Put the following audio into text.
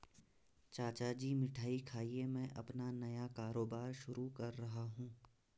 चाचा जी मिठाई खाइए मैं अपना नया कारोबार शुरू कर रहा हूं